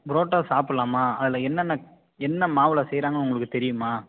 புரோட்டா சாப்பிலாமா அதில் என்னென்ன என்ன மாவில் செய்கிறாங்கன்னு உங்களுக்கு தெரியுமா